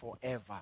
forever